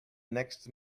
next